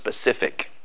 specific